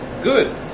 Good